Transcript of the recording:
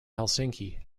helsinki